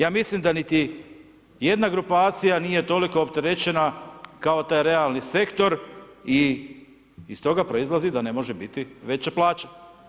Ja mislim da niti jedna grupacija nije toliko opterećena kao taj realni sektor i stoga proizlazi da ne može biti veća plaća.